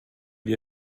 wir